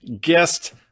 guest